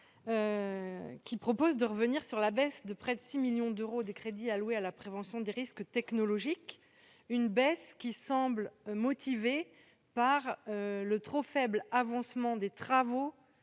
qui vise à revenir sur la baisse de près de 6 millions d'euros des crédits alloués à la prévention des risques technologiques. Cette baisse semble motivée par le trop faible avancement des travaux